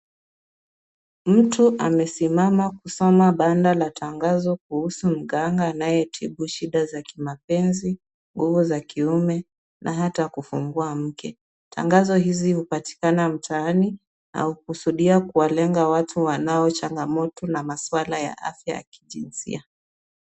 Mtu amesimama kusoma banda la tangazo kuhusu mganga anayetibu shida za kimapenzi, nguvu za kiume na hata kufungua mke. Tangazo hizi hupatikana mtaani na hukusudia kuwalenga watu wanao changamoto na maswala ya afya ya kijinsia.